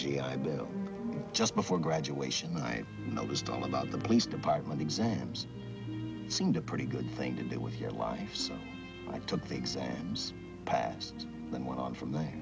i bill just before graduation i noticed all about the police department exams seemed a pretty good thing to do with your life so i took the exams passed them on from there